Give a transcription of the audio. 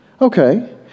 Okay